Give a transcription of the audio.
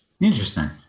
Interesting